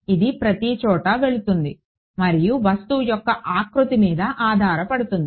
ఇది ప్రతిచోటా వెళ్తుంది మరియు వస్తువు యొక్క ఆకృతి మీద ఆధారపడుతుంది